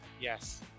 Yes